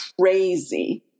crazy